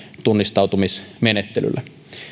tunnistautumismenettelyllä